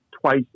twice